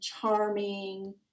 charming